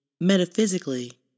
Metaphysically